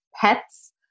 pets